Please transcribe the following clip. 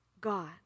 God